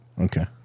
Okay